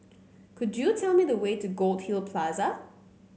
could you tell me the way to Goldhill Plaza